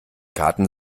karten